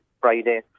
Friday